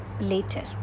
later